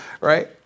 Right